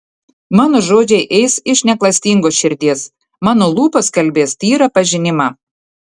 mano žodžiai eis iš neklastingos širdies mano lūpos kalbės tyrą pažinimą